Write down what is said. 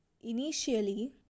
Initially